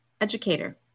educator